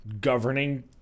governing